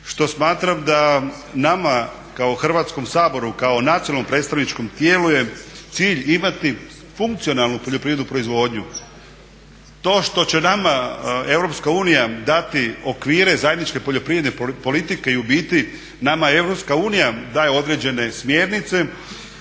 što smatram da nama kao Hrvatskom saboru, kao nacionalnom predstavničkom tijelu je cilj imati funkcionalnu poljoprivrednu proizvodnju. To što će nama EU dati okvire zajedničke poljoprivredne politike i u biti nama EU daje određene smjernice